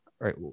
right